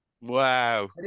Wow